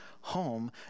home